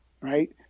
right